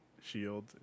shield